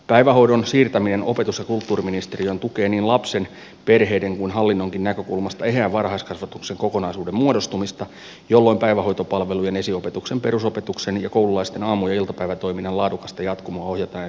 päivähoidon siirtäminen opetus ja kulttuuriministeriöön tukee niin lapsen perheiden kuin hallinnonkin näkökulmasta eheän varhaiskasvatuksen kokonaisuuden muodostumista jolloin päivähoitopalvelujen esiopetuksen perusopetuksen ja koululaisten aamu ja iltapäivätoiminnan laadukasta jatkumoa ohjataan ja kehitetään kokonaisvaltaisesti